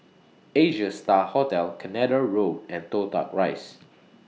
Asia STAR Hotel Canada Road and Toh Tuck Rise